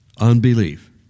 Unbelief